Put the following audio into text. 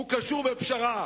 קשור בפשרה.